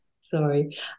Sorry